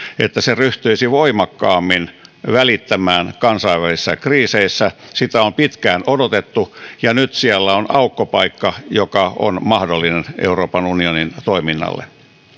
että se ryhtyisi voimakkaammin välittämään kansainvälisissä kriiseissä sitä on pitkään odotettu ja nyt siellä on aukkopaikka joka on mahdollinen euroopan unionin toiminnalle